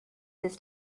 this